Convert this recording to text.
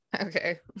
Okay